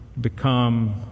become